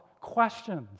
questions